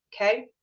Okay